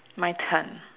my turn